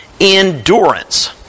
endurance